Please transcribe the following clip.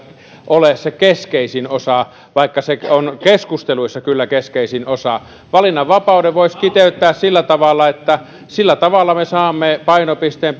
ole se keskeisin osa vaikka se keskusteluissa kyllä on keskeisin osa valinnanvapauden voisi kiteyttää sillä tavalla että sillä tavalla me saamme painopisteen